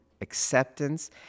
acceptance